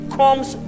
comes